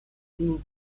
die